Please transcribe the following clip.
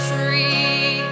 Free